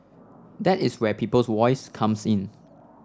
that is where Peoples Voice comes in